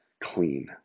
clean